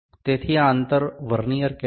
તેથી આ અંતર વર્નીઅર કેલિપર સાથે 57